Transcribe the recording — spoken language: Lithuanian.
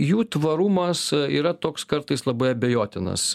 jų tvarumas yra toks kartais labai abejotinas